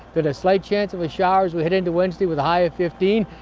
but a slight chance of a shower as we head into wednesday with a high of fifteen.